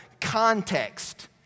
context